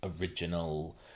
original